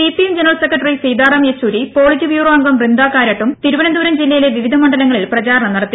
CPM general secretary Sitaram Yechury politburo അംഗം ബൃന്ദ കാരാട്ടും തിരുവനന്തപുരം ജില്ലയിലെ വിവിധ മണ്ഡലങ്ങളിൽ പ്രചാരണം നടത്തി